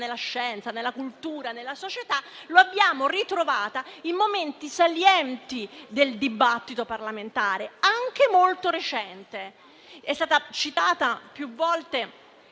nella scienza, nella cultura e nella società, l'abbiamo ritrovata in momenti salienti del dibattito parlamentare, anche molto recente. È stata citata più volte